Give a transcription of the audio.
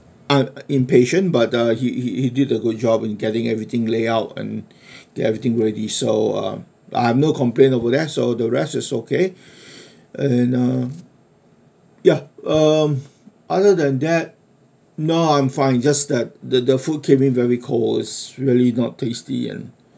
um impatient but uh he he he did a good job in getting everything layout and getting ready so uh but I've no complaint over there so the rest is okay and uh ya um other than that no I'm fine just that the the food came in very cold it's really not tasty and